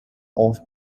off